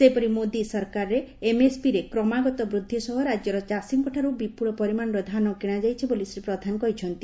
ସେହିପରି ମୋଦୀ ସରକାରରେ ଏମଏସପିରେ କ୍ରମାଗତ ବୃଦ୍ଧି ସହ ରାକ୍ୟର ଚାଷୀଙ୍କ ଠାରୁ ବିପୁଳ ପରିମାଶର ଧାନ କିଶାଯାଇଛି ବୋଲି ଶ୍ରୀ ପ୍ରଧାନ କହିଚ୍ଚନ୍ତି